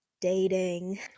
dating